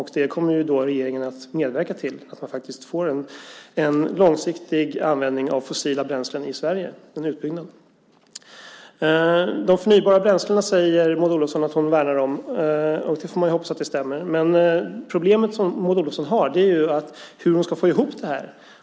Regeringen kommer att medverka till att man får en långsiktig användning av fossila bränslen i Sverige, det vill säga en utbyggnad. Maud Olofsson säger att hon värnar om de förnybara bränslena. Det får vi hoppas stämmer. Det problem Maud Olofsson har är hur hon ska få ihop detta.